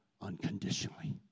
unconditionally